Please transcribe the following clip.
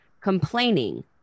complaining